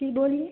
जी बोलिए